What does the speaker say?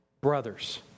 brothers